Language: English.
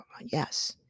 Yes